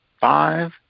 five